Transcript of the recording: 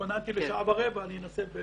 התכוננתי לשעה ורבע, אני אנסה.